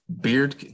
Beard